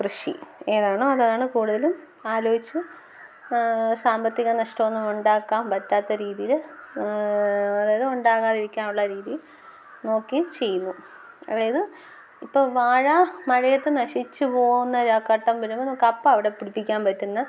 കൃഷി ഏതാണോ അതാണ് കൂടുതലും ആലോചിച്ച് സാമ്പത്തിക നഷ്ടമൊന്നും ഉണ്ടാക്കാൻ പറ്റാത്ത രീതിയിൽ അതായത് ഉണ്ടാകാതിരിക്കാനുള്ള രീതി നോക്കി ചെയ്യുന്നു അതായത് ഇപ്പോൾ വാഴ മഴയത്തു നശിച്ചു പോകുന്ന ഒരു ആ ഘട്ടം വരുമ്പോൾ കപ്പ അവിടെ പിടിപ്പിക്കാൻ പറ്റുന്ന